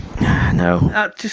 No